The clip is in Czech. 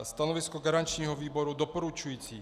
Stanovisko garančního výboru doporučující.